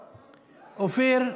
אופיר,